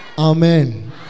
Amen